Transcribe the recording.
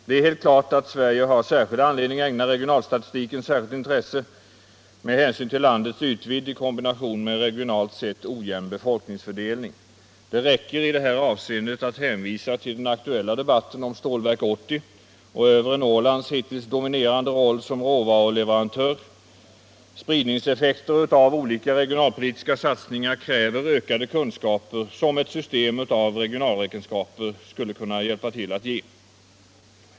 Det är helt klart att Sverige har anledning att ägna regionalstatistiken speciellt intresse med hänsyn till landets ytvidd i kombination med en regionalt sett ojämn befolkningsfördelning. Det räcker i det här avseendet att hänvisa till den aktuella debatten om Stålverk 80 och övre Norrlands hittills ensidiga roll som råvaruleverantör. Spridningseffekter av olika regionalpolitiska satsningar kräver ökade kunskaper, som ett system av regionalräkenskaper skulle kunna ge.